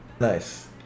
nice